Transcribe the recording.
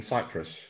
Cyprus